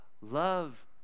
Love